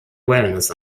wellness